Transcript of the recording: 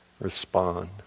respond